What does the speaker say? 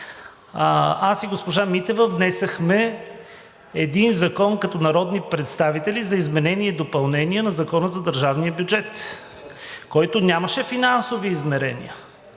аз и госпожа Митева внесохме един закон като народни представители за изменение и допълнение на Закона за държавния бюджет, който нямаше финансови измерения.